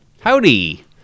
Howdy